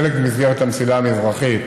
חלק במסגרת המסילה המזרחית,